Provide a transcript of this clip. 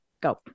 Go